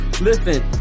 Listen